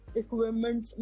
equipment